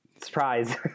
surprise